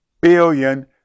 billion